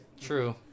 True